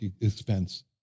expense